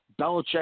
Belichick